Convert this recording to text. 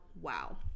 Wow